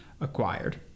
acquired